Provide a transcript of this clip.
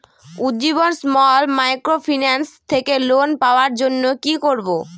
Ujjivan small microfinance থেকে loan পাওয়ার জন্য কি করব?